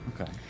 Okay